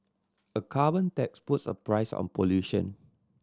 a carbon tax puts a price on pollution